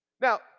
Now